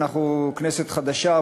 אנחנו כנסת חדשה,